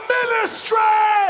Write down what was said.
Ministry